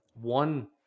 one